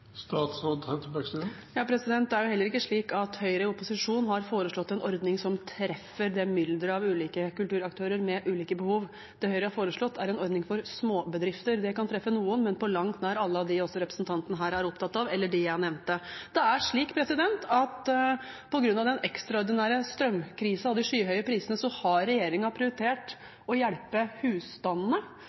Høyre i opposisjon har heller ikke forslått en ordning som treffer det mylderet av ulike kulturaktører med ulike behov. Det som Høyre har foreslått, er en ordning for småbedrifter. Det kan treffe noen, men på langt nær alle av dem også representanten her er opptatt av, eller dem jeg nevnte. På grunn av den ekstraordinære strømkrisen og de skyhøye prisene har regjeringen prioritert å hjelpe husstandene.